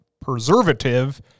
preservative